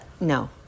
No